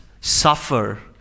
suffer